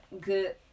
good